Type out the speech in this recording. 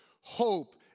hope